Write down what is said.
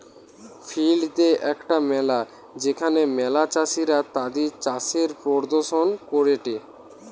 field day একটা মেলা যেখানে ম্যালা চাষীরা তাদির চাষের প্রদর্শন করেটে